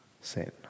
sin